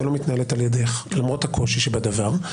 לא מתנהלת על-ידייך למרות הקושי שבדבר.